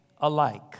alike